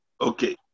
Okay